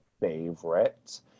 favorite